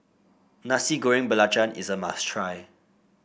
Nasi Goreng Belacan is a must try